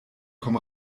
komm